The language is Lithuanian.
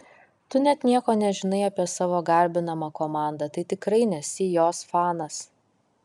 tu net nieko nežinai apie savo garbinamą komandą tai tikrai nesi jos fanas